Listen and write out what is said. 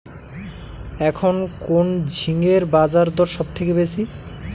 এখন কোন ঝিঙ্গের বাজারদর সবথেকে বেশি?